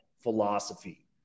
philosophy